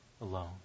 alone